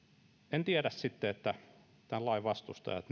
en tiedä sitten tämän lain vastustajat